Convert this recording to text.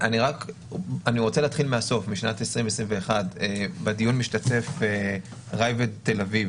אני רוצה להתחיל מהסוף, משנת 2021. הוראת השעה